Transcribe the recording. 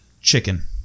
Chicken